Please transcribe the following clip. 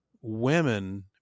women